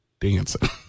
Dancing